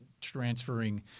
transferring